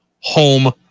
home